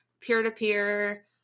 peer-to-peer